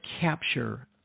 capture